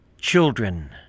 Children